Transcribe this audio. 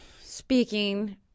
speaking